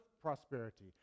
prosperity